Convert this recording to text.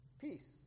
peace